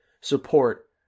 support